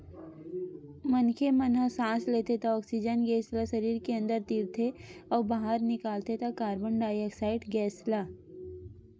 मनखे मन ह सांस लेथे त ऑक्सीजन गेस ल सरीर के अंदर तीरथे अउ बाहिर निकालथे त कारबन डाईऑक्साइड ऑक्साइड गेस ल